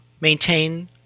maintain